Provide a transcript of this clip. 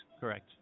correct